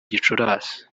gicurasi